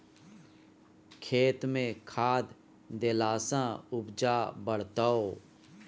खेतमे खाद देलासँ उपजा बढ़तौ